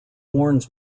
warns